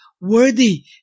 worthy